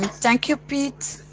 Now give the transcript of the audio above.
thank you pete.